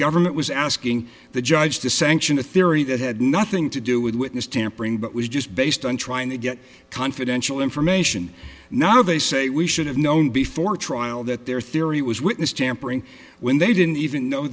government was asking the judge to sanction a theory that had nothing to do with witness tampering but was just based on trying to get confidential information now they say we should have known before trial that their theory was witness tampering when they didn't even know